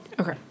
Okay